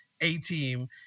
A-team